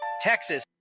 Texas